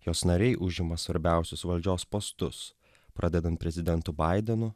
jos nariai užima svarbiausius valdžios postus pradedan prezidentu baidenu